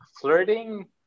flirting